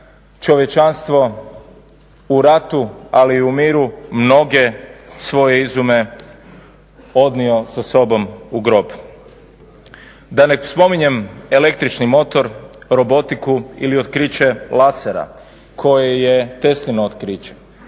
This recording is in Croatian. čovječanstvo u ratu ali i u miru mnoge svoje izume odnio sa sobom u grob. Da ne spominjem električni motor, robotiku ili otkriće lasera koji je Teslino otkriće